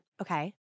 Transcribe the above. Okay